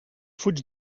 fuig